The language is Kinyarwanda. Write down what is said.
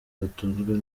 batunzwe